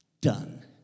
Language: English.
done